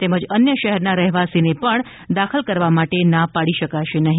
તેમજ અન્ય શહેરના રહેવાસીને પણ દાખલ કરવા માટે ના પાડી શકાશે નહી